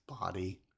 body